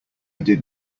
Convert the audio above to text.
did